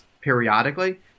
periodically